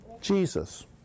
Jesus